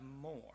more